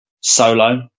Solo